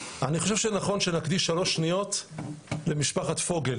אני חושב שנכון שנקדיש שלוש שניות למשפחת פוגל,